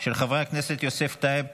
של חברי הכנסת יוסף טייב,